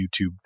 YouTube